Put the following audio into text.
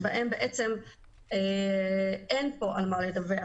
שבהן בעצם אין פה על מה לדווח,